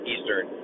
Eastern